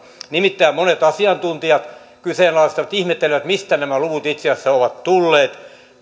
nimittäin monet asiantuntijat kyseenalaistavat ihmetellään mistä nämä luvut itse asiassa ovat tulleet